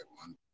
one